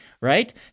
right